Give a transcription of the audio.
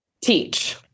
teach